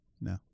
No